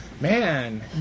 Man